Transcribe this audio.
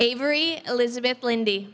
avery elizabeth lindy